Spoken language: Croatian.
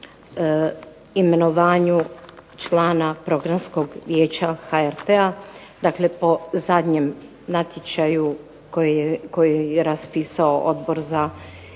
imenovanju člana Programskog vijeća HRT-a, dakle po zadnjem natječaju koji je raspisao Odbor za